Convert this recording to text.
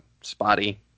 spotty